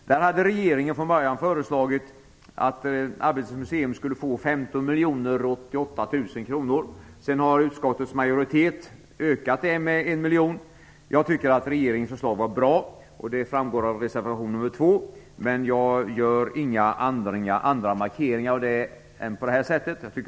Där hade regeringen från början föreslagit att Arbetets museum skulle få 15 088 000 kronor. Sedan har utskottets majoritet ökat det med en miljon. Jag tycker att regeringens förslag var bra. Det framgår av reservation 2, men jag gör inga andra markeringar än på detta sätt.